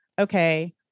okay